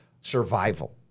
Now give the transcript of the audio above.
survival